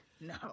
no